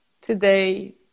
today